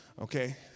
Okay